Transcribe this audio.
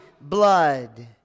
blood